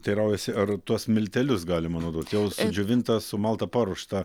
teiraujasi ar tuos miltelius galima naudoti tai jau sudžiovinta sumalta paruošta